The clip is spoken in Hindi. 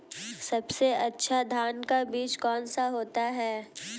सबसे अच्छा धान का बीज कौन सा होता है?